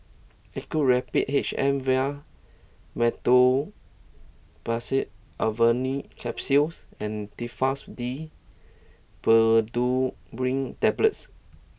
Actrapid H M Vial Meteospasmyl Alverine Capsules and Telfast D Pseudoephrine Tablets